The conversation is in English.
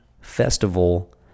festival